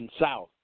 south